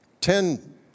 Ten